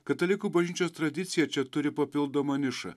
katalikų bažnyčios tradicija čia turi papildomą nišą